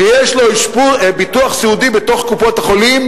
שיש לו ביטוח סיעודי בתוך קופות-החולים,